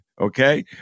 Okay